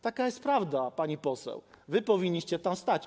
Taka jest prawda, pani poseł, powinniście tam stać.